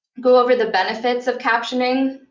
go over the benefits of captioning,